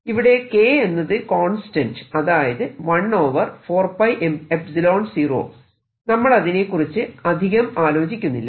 ഇവിടെ k എന്നത് constant അതായത് 1 4 0 നമ്മൾ അതിനെ കുറിച്ച് അധികം ആലോചിക്കുന്നില്ല